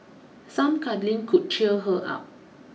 some cuddling could cheer her up